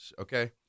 okay